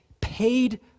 paid